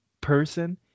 person